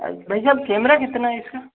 भाईसाहब कैमरा कितना है इसका